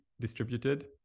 distributed